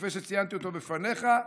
כפי שציינתי בפניך.